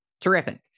terrific